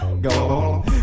go